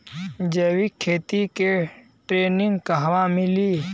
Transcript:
जैविक खेती के ट्रेनिग कहवा मिली?